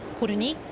ko roon-hee,